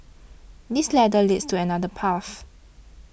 this ladder leads to another path